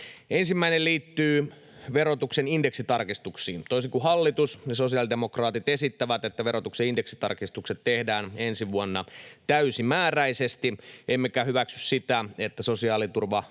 Ensimmäinen liittyy verotuksen indeksitarkistuksiin. Toisin kuin hallitus, sosiaalidemokraatit esittävät, että verotuksen indeksitarkistukset tehdään ensi vuonna täysimääräisesti. Emmekä hyväksy sitä, että sosiaaliturvamaksujen